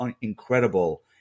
incredible